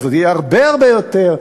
אז יהיו עוד הרבה הרבה יותר.